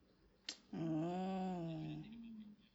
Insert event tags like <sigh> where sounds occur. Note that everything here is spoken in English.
<noise> oh